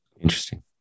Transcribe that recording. Interesting